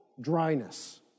dryness